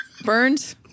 burned